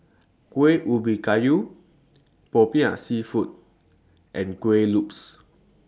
Kuih Ubi Kayu Popiah Seafood and Kueh Lopes